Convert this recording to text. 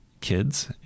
kids